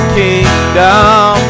kingdom